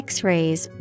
X-rays